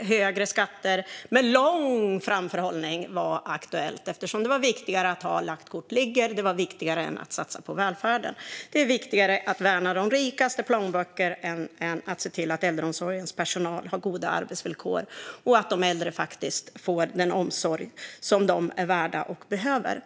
högre skatter med lång framförhållning är aktuellt eftersom det är viktigare att lagt kort ligger än att satsa på välfärden. Det är viktigare att värna de rikas plånböcker än att se till att äldreomsorgens personal har goda arbetsvillkor och att de äldre får den omsorg som de är värda och behöver.